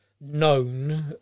known